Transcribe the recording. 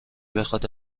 بخواد